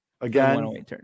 again